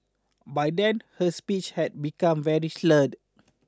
by then her speech had become very slurred